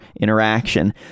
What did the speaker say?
interaction